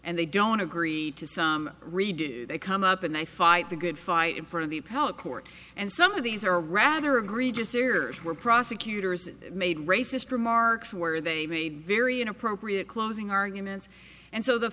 and they don't agree to some redo they come up and they fight the good fight in front of the appellate court and some of these are rather agree just sears where prosecutors made racist remarks where they made very inappropriate closing arguments and so the